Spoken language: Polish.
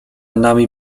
nami